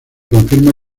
confirma